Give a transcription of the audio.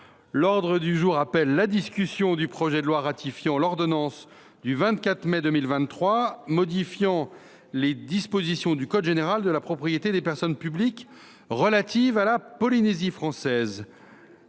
L’ordre du jour appelle la discussion du projet de loi ratifiant l’ordonnance n° 2023 389 du 24 mai 2023 modifiant les dispositions du code général de la propriété des personnes publiques relatives à la Polynésie française